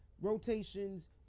rotations